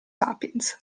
sapiens